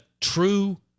true